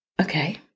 okay